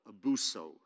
Abuso